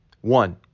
One